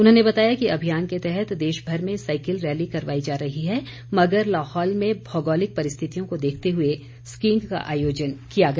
उन्होंने बताया कि अभियान के तहत देशभर में साईकिल रैली करवाई जा रही है मगर लाहौल में भौगोलिक परिस्थितियों को देखते हुए स्कीईंग का आयोजन किया गया